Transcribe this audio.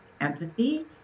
empathy